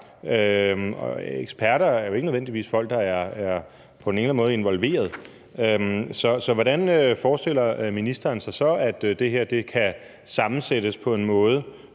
eksperter er jo ikke nødvendigvis folk, der på den ene eller anden måde er involveret. Så hvordan forestiller ministeren sig så, at det her kan sammensættes på en måde,